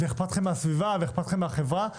ואכפת לכם מהסביבה ומהחברה.